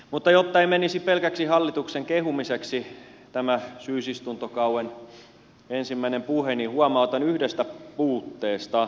mutta jotta ei menisi pelkäksi hallituksen kehumiseksi tämä syysistuntokauden ensimmäinen puheeni huomautan yhdestä puutteesta